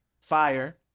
Fire